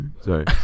sorry